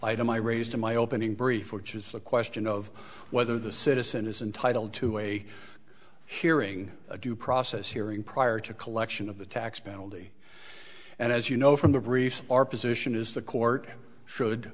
item i raised in my opening brief which is the question of whether the citizen is entitle to a hearing a due process hearing prior to collection of the tax penalty and as you know from the briefs our position is the court sho